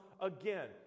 again